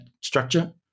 structure